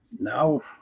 now